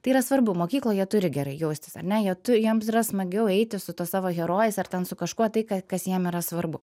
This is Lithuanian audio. tai yra svarbu mokykloj jie turi gerai jaustis ar ne jie turi jiems yra smagiau eiti su tuo savo herojais ar ten su kažkuo tai ką kas jam yra svarbu